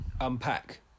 Unpack